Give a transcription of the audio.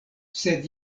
sed